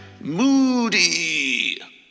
Moody